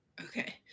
Okay